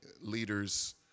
leaders